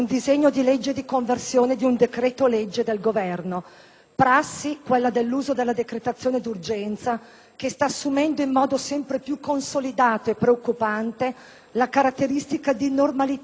prassi - quella dell'uso della decretazione d'urgenza - che sta assumendo in modo sempre più consolidato e preoccupante la caratteristica di normalità e ordinarietà di questi primi mesi di legislatura.